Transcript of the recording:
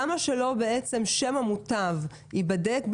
למה ששם המוטב לא ייבדק,